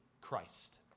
Christ